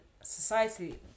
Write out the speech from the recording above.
society